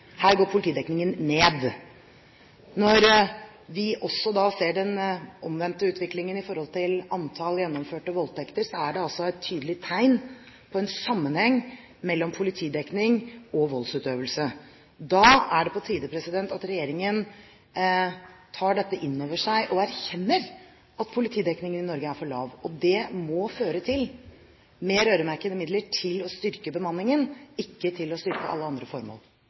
Her går politidekningen ned. Når vi også ser den omvendte utviklingen i forhold til antall gjennomførte voldtekter, er det et tydelig tegn på en sammenheng mellom politidekning og voldsutøvelse. Da er det på tide at regjeringen tar dette inn over seg og erkjenner at politidekningen i Norge er for lav. Det må føre til flere øremerkede midler til å styrke bemanningen, ikke til å styrke alle andre formål.